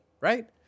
right